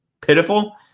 pitiful